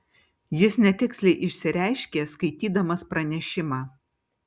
jis netiksliai išsireiškė skaitydamas pranešimą